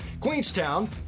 Queenstown